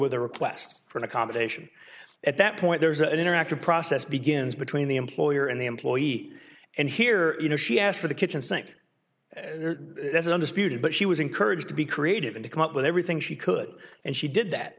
a request for an accommodation at that point there's an interactive process begins between the employer and the employee and here you know she asked for the kitchen sink as an undisputed but she was encouraged to be creative and to come up with everything she could and she did that